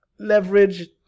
leverage